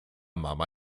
mama